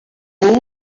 all